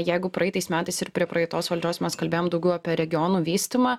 jeigu praeitais metais ir prie praeitos valdžios mes kalbėjom daugiau apie regionų vystymą